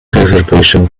reservation